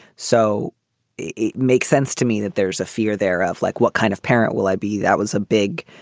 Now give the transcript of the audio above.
so it makes sense to me that there's a fear there of like, what kind of parent will i be? that was a big,